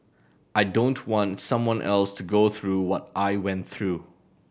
I don't want someone else to go through what I went through